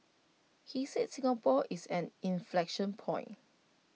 he said Singapore is an inflection point